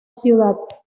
ciudad